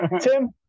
Tim